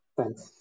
Thanks